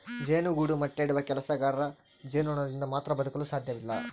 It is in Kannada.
ಜೇನುಗೂಡು ಮೊಟ್ಟೆ ಇಡುವ ಕೆಲಸಗಾರ ಜೇನುನೊಣದಿಂದ ಮಾತ್ರ ಬದುಕಲು ಸಾಧ್ಯವಿಲ್ಲ